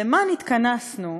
למה נתכנסנו,